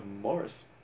Morris